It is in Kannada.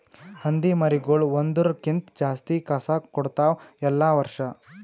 ಹಂದಿ ಮರಿಗೊಳ್ ಒಂದುರ್ ಕ್ಕಿಂತ ಜಾಸ್ತಿ ಕಸ ಕೊಡ್ತಾವ್ ಎಲ್ಲಾ ವರ್ಷ